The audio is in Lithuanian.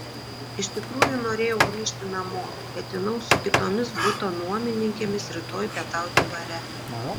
iš tikrųjų norėjau grįžti namo ketinau su kitomis buto nuomininkėmis rytoj pietauti bare